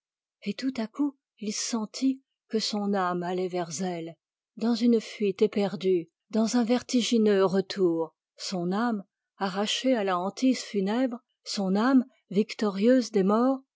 et tout à coup il sentit que son âme allait vers elles dans une fuite éperdue dans un vertigineux retour son âme arrachée à la hantise funèbre son âme victorieuse des morts